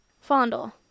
Fondle